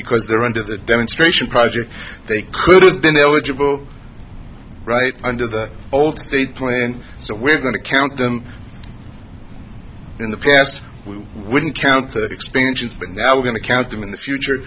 because they're under the demonstration project they could have been eligible right under the old state point so we're going to count them in the past we wouldn't count expansions but now we're going to count them in the future